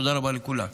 תודה רבה לכולם.